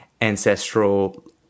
ancestral